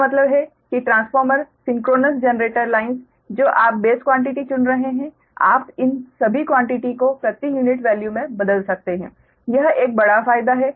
मेरा मतलब है कि ट्रांसफॉर्मर सिंक्रोनस जनरेटर लाइन्स जो आप बेस क्वान्टिटी चुन रहे हैं आप इन सभी क्वान्टिटी को प्रति यूनिट वैल्यू में बदल सकते हैं यह एक बड़ा फायदा है